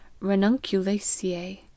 Ranunculaceae